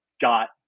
got